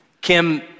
Kim